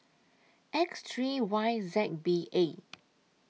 X three Y Z B A